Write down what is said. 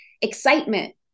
excitement